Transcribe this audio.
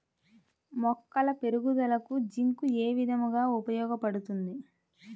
మొక్కల పెరుగుదలకు జింక్ ఏ విధముగా ఉపయోగపడుతుంది?